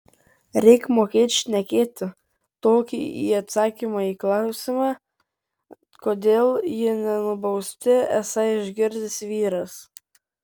reik mokėt šnekėti tokį į atsakymą į klausimą kodėl jie nenubausti esą išgirdęs vyras